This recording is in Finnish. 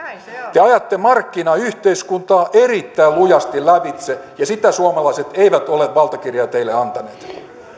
te ajatte markkinayhteiskuntaa erittäin lujasti lävitse ja sitä valtakirjaa suomalaiset eivät ole teille antaneet